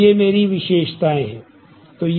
तो ये मेरी विशेषताएँ हैं